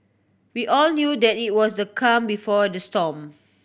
we all knew that it was the calm before the storm